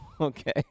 okay